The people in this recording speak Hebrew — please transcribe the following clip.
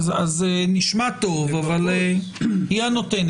זה נשמע טוב אבל אי הנותנת.